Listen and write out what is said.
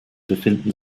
befinden